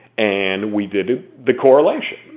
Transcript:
and we did the correlation.